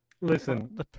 listen